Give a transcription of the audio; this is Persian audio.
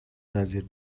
نظیر